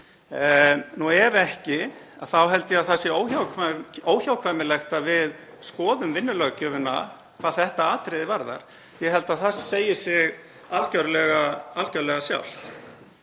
En ef ekki þá held ég að það sé óhjákvæmilegt að við skoðum vinnulöggjöfina hvað þetta atriði varðar. Ég held að það segi sig algjörlega sjálft.